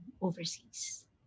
overseas